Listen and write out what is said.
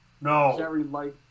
No